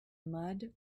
mud